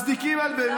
מצדיקים את זה.